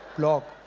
block.